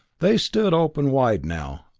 they stood open wide now,